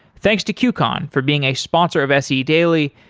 thanks to qcon for being a sponsor of se daily.